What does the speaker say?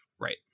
right